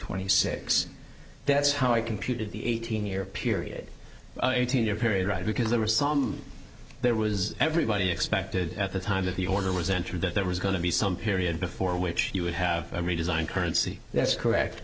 twenty six that's how i computed the eighteen year period eighteen year period right because there were some there was everybody expected at the time that the order was entered that there was going to be some period before which you would have a redesign currency that's correct